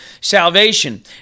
salvation